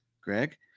Greg